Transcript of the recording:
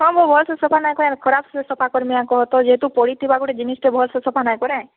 ହଁ ମୁଁ ଭଲ୍ ସେ ସଫା ନାଇଁ କରେ ଖରାପ୍ ସେ ସଫା କରିମି ଆର୍ କହ ତ ଯେହେତୁ ପଡ଼ିଥିବା ଗୁଟେ ଜିନିଷ୍ ଟେ ଭଲ୍ ସେ ସଫା ନାଇଁ କରେ